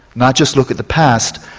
not just look at the past.